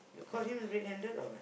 you caught him red handed or what